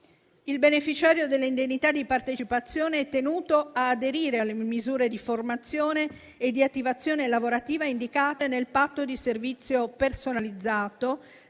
Il beneficiario dell'indennità di partecipazione è tenuto ad aderire alle misure di formazione e di attivazione lavorativa indicate nel patto di servizio personalizzato,